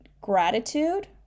gratitude